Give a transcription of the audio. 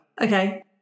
Okay